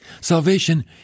Salvation